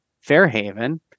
Fairhaven